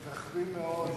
נדמה לי,